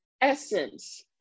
essence